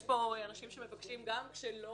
יש מוזמנים לדיון, יש אנשים שמבקשים גם כשלא